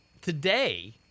today